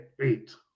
eight